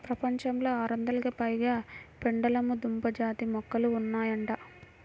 ప్రపంచంలో ఆరొందలకు పైగా పెండలము దుంప జాతి మొక్కలు ఉన్నాయంట